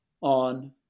on